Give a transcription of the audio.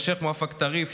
לשייח' מוואפק טריף,